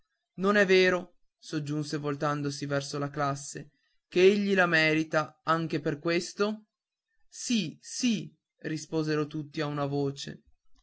non è vero soggiunse voltandosi verso la classe che egli la merita anche per questo sì sì risposero tutti a una voce